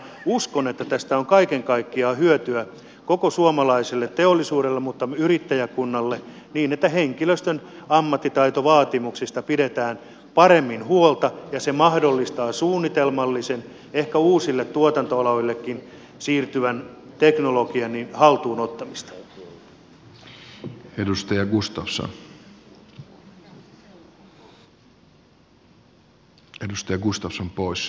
uskon että tästä on kaiken kaikkiaan hyötyä koko suomalaiselle teollisuudelle mutta myös yrittäjäkunnalle niin että henkilöstön ammattitaitovaatimuksista pidetään paremmin huolta ja se mahdollistaa suunnitelmallisen ehkä uusille tuotantoaloillekin siirtyvän teknologian haltuun ottamista